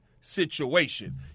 situation